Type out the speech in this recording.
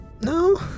No